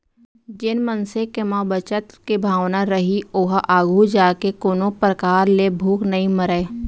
जेन मनसे के म बचत के भावना रइही ओहा आघू जाके कोनो परकार ले भूख नइ मरय